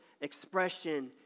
expression